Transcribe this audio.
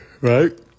right